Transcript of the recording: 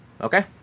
okay